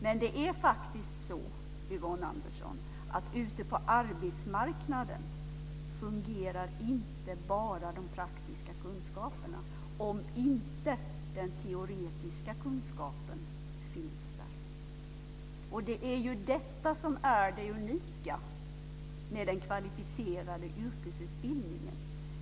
Men det är faktiskt så, Yvonne Andersson, att ute på arbetsmarknaden fungerar inte bara de praktiska kunskaperna om inte den teoretiska kunskapen finns där. Och det är ju detta som är det unika med den kvalificerade yrkesutbildningen.